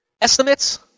Estimates